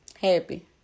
happy